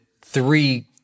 three